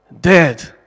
dead